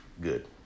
good